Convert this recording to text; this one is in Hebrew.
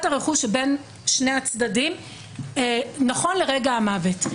הרכוש שבין שני הצדדים נכון לרגע המוות.